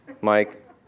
Mike